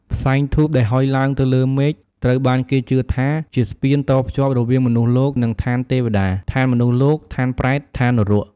ផ្សែងធូបដែលហុយឡើងទៅលើមេឃ ត្រូវបានគេជឿថាជា ស្ពានតភ្ជាប់រវាងមនុស្សលោក នឹង ឋានទេវតា ឋានមនុស្សលោក ឋានប្រេត ឋាននរក។